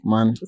Man